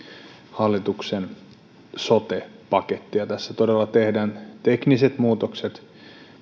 hallituksen sote pakettia tässä todella tehdään tekniset muutokset